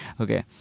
Okay